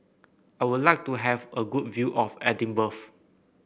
I would like to have a good view of Edinburgh